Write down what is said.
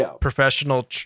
professional